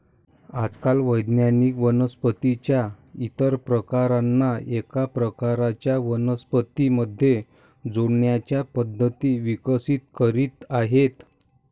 आजकाल वैज्ञानिक वनस्पतीं च्या इतर प्रकारांना एका प्रकारच्या वनस्पतीं मध्ये जोडण्याच्या पद्धती विकसित करीत आहेत